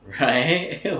Right